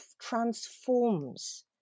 transforms